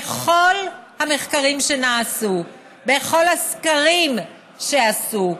בכל המחקרים שנעשו, בכל הסקרים שעשו,